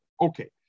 Okay